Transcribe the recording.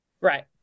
Right